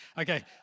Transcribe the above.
Okay